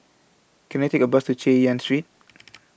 Can I Take A Bus to Chay Yan Street